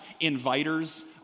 inviters